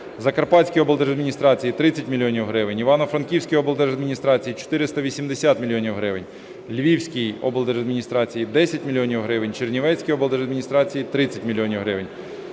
Закарпатській облдержадміністрації – 30 мільйонів гривень, Івано-Франківській облдержадміністрації – 480 мільйонів гривень, Львівській облдержадміністрації – 10 мільйонів гривень, Чернівецькій облдержадміністрації – 30 мільйонів